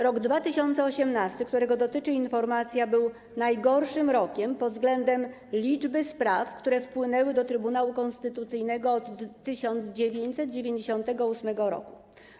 Rok 2018, którego dotyczy informacja, był najgorszym rokiem pod względem liczby spraw, które wpłynęły do Trybunału Konstytucyjnego od 1998 r.